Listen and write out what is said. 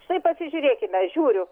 štai pasižiūrėkime žiūriu